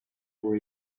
for